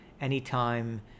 anytime